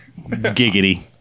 Giggity